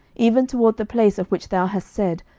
even toward the place of which thou hast said,